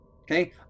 okay